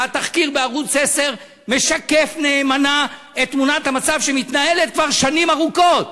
והתחקיר בערוץ 10 משקף נאמנה את תמונת המצב שמתנהלת כבר שנים ארוכות.